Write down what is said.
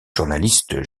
journaliste